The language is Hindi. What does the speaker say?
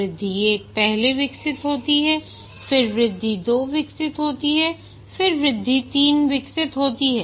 वृद्धि 1 पहले विकसित होती है फिर वृद्धि 2 विकसित होती है फिर वृद्धि 3 विकसित होती है